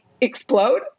explode